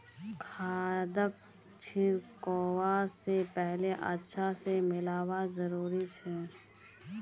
खादक छिड़कवा स पहले अच्छा स मिलव्वा जरूरी छ